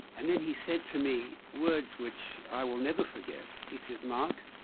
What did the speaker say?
and then he said to me words which i will never forget, he said, mark,